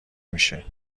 میشه